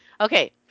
okay